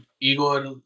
Igor